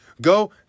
go